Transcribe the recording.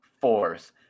force